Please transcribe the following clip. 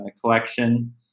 collection